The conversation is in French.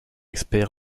expert